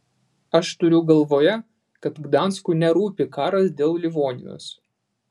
aš turiu galvoje kad gdanskui nerūpi karas dėl livonijos